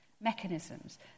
mechanisms